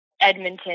Edmonton